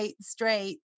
straight